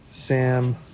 Sam